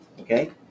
Okay